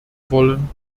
wollen